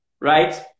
right